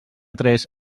tres